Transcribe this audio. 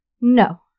No